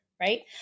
right